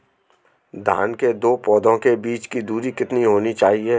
धान के दो पौधों के बीच की दूरी कितनी होनी चाहिए?